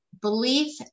belief